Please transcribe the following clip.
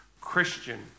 Christian